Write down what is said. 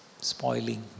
spoiling